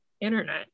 internet